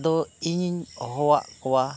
ᱟᱫᱚ ᱤᱧᱤᱧ ᱦᱚᱦᱚ ᱟᱫ ᱠᱚᱣᱟ